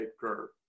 curve